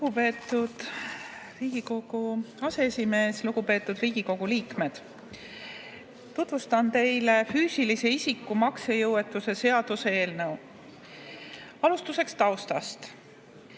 Lugupeetud Riigikogu aseesimees! Lugupeetud Riigikogu liikmed! Tutvustan teile füüsilise isiku maksejõuetuse seaduse eelnõu. Alustuseks taustast.